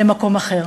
למקום אחר,